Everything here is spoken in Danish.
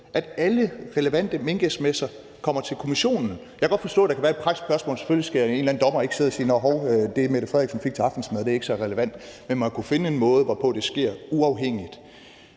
at alle relevante mink-sms'er kommer til kommissionen. Jeg kan godt forstå, at en eller anden dommer selvfølgelig ikke skal sidde og bedømme, om det, Mette Frederiksen fik til aftensmad, er relevant, men man kunne finde en måde, hvorpå det sker, uafhængigt